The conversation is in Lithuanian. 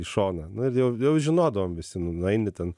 į šoną nu ir jau jau žinodavom visi nu nueini ten